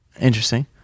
Interesting